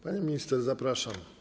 Pani minister, zapraszam.